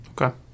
Okay